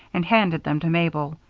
and handed them to mabel,